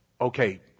Okay